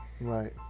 Right